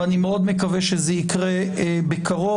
ואני מאוד מקווה שזה יקרה בקרוב.